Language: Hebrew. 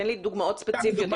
תן לי דוגמאות ספציפיות.